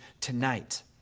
tonight